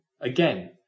again